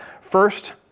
First